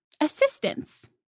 assistance